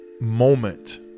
moment